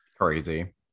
Crazy